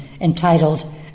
entitled